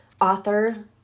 author